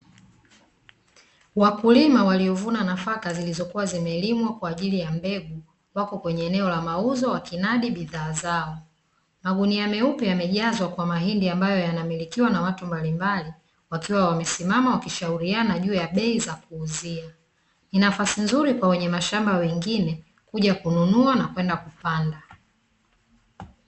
Wakulima waliovuna nafaka zilizokuwa zimelimwa kwa ajili ya mbegu, wako kwenye eneo la mauzo, wakinadi bidhaa zao. Magunia meupe yamejazwa kwa mahindi, yanamilikiwa na watu mbalimbali, wakiwa wamesimama wakishauriana juu ya bei ya kuuzia. Ni nafasi nzuri kwa wenye mashamba wengine, kuja kununua na kupanda.